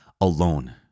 alone